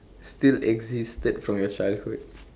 still existed from your childhood